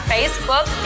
Facebook